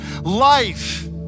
life